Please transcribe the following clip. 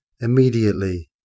Immediately